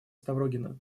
ставрогина